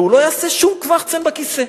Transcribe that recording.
והוא לא יעשה שום "קוועצ'ן" בכיסא.